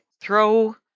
Throw